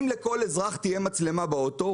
אם לכל אזרח תהיה מצלמה באוטו,